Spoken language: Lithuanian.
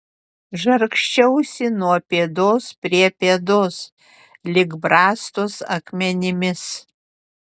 žargsčiausi nuo pėdos prie pėdos lyg brastos akmenimis